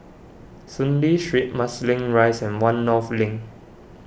Soon Lee Street Marsiling Rise and one North Link